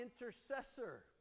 intercessor